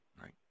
Right